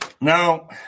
Now